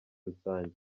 rusange